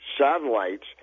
satellites